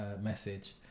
message